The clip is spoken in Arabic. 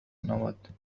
سنوات